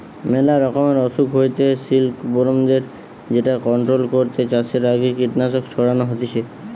মেলা রকমের অসুখ হইতে সিল্কবরমদের যেটা কন্ট্রোল করতে চাষের আগে কীটনাশক ছড়ানো হতিছে